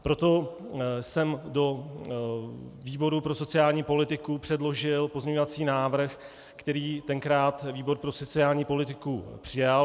Proto jsem do výboru pro sociální politiku předložil pozměňovací návrh, který tenkrát výbor pro sociální politiku přijal.